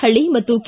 ಪಳ್ಳಿ ಮತ್ತು ಕೆ